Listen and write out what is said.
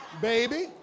Baby